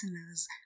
listeners